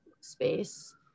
space